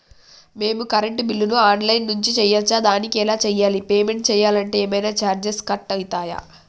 మేము కరెంటు బిల్లును online నుంచి చేయచ్చా? దానికి ఎలా చేయాలి? పేమెంట్ చేయాలంటే ఏమైనా చార్జెస్ కట్ అయితయా?